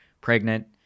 pregnant